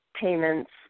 payments